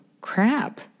crap